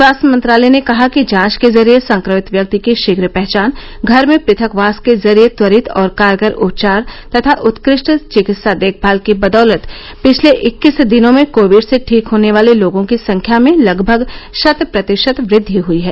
स्वास्थ्य मंत्रालय ने कहा कि जांच के जरिये संक्रमित व्यक्ति की शीघ्र पहचान घर में पृथकवास के जरिए त्वरित और कारगर उपचार तथा उत्कृष्ट विकित्सा देखभाल की बदौलत पिछले इक्कीस दिनों में कोविड से ठीक होने वाले लोगों की संख्या में लगभग शत प्रतिशत वृद्धि हुई है